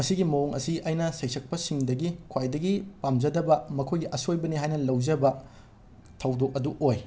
ꯃꯁꯤꯒꯤ ꯃꯑꯣꯡ ꯑꯁꯤ ꯑꯩꯅ ꯁꯩꯁꯛꯄꯁꯤꯡꯗꯒꯤ ꯈ꯭ꯋꯥꯏꯗꯒꯤ ꯄꯥꯝꯖꯗꯕ ꯃꯈꯣꯏꯒꯤ ꯑꯁꯣꯏꯕꯅꯤ ꯍꯥꯏꯅ ꯂꯧꯖꯕ ꯊꯧꯗꯣꯛ ꯑꯗꯨ ꯑꯣꯏ